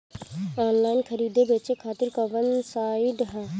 Online खरीदे बेचे खातिर कवन साइड ह?